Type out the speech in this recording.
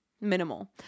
minimal